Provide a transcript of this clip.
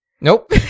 nope